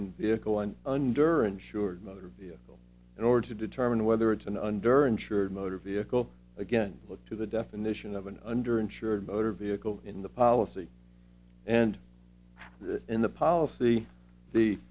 and under insured motor vehicle in order to determine whether it's an under insured motor vehicle again look to the definition of an under insured motor vehicle in the policy and in the policy the